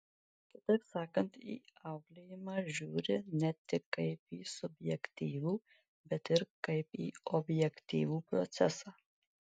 kitaip sakant į auklėjimą žiūri ne tik kaip į subjektyvų bet ir kaip į objektyvų procesą